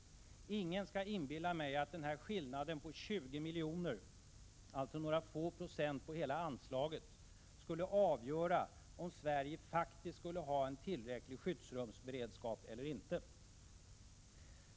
Ingen skall inbilla mig att denna skillnad på 20 miljoner, dvs. några | få procent på hela anslaget, skulle avgöra om Sverige faktiskt kan ha en | tillräcklig skyddsrumsberedskap eller inte.